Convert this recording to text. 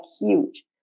huge